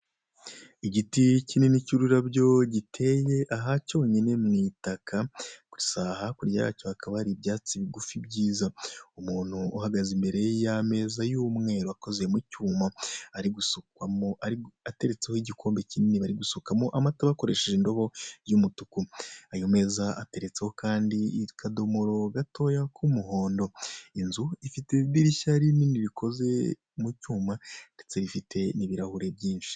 Igiti kinini cy'ururabyo gite aha cyonyine mu itaka gusa hakurya yacyo hakaba hari ibyatsi bigufi byiza, umuntu uhagaze imbere y'ameza y'umweru akoze mu cyuma ari gusukwamo, ateretseho igikombe kinini bari gusukamo amata bakoresheje indobo y'umutuku, ayo meza ateretseho kandi akadomoro gatoya k'umuhondo, inzu ifite idirishya rinini rikoze mu cyuma ndetse rifite ibirahure byinshi.